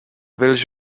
village